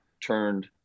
turned